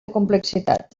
complexitat